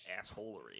assholery